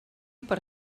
per